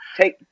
take